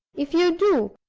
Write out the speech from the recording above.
if you do!